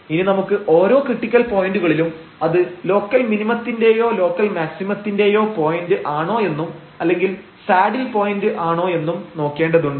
ഇനി നമുക്ക് ഓരോ ക്രിട്ടിക്കൽ പോയന്റുകളിലും അത് ലോക്കൽ മിനിമത്തിന്റെയോ ലോക്കൽ മാക്സിമത്തിന്റെയൊ പോയന്റ് ആണോ എന്നും അല്ലെങ്കിൽ സാഡിൽ പോയന്റ് ആണോ എന്നും നോക്കേണ്ടതുണ്ട്